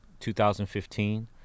2015